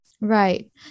Right